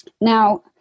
Now